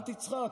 אל תצחק,